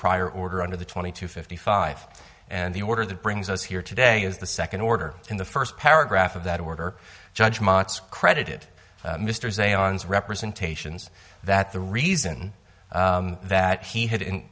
prior order under the twenty to fifty five and the order that brings us here today is the second order in the first paragraph of that order judgments credited mr seance representations that the reason that he had in